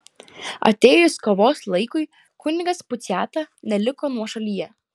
atėjus kovos laikui kunigas puciata neliko nuošalyje